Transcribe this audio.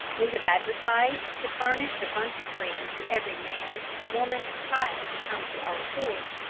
we have advertised to furnish a bunch of freedom to every man, woman, and child who comes to our shores,